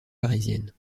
parisienne